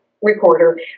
recorder